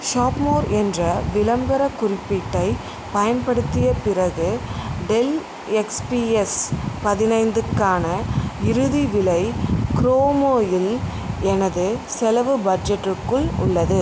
ShopMore என்ற விளம்பர குறிப்பீட்டை பயன்படுத்திய பிறகு டெல் எக்ஸ்பிஎஸ் பதினைந்துக்கான இறுதி விலை க்ரோமோயில் எனது செலவு பட்ஜெட்டிற்குள் உள்ளது